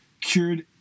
cured